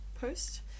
post